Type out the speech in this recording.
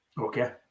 Okay